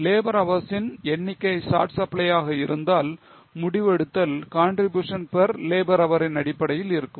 Labour hours ன் எண்ணிக்கை short supply ஆக இருந்தால் முடிவெடுத்தல் contribution per labour hour ன் அடிப்படையில் இருக்கும்